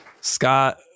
Scott